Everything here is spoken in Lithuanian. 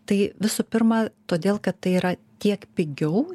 tai visų pirma todėl kad tai yra tiek pigiau